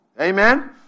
Amen